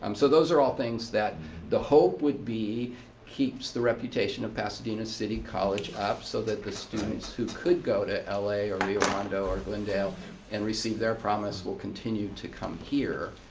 um so those are all things that the hope would be keeps the reputation of pasadena city college up so that the students who could go to ah la or rio hondo or glendale and receive their promise will continue to come here.